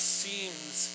seems